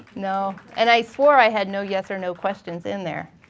no, and i swore i had no yes or no questions in there.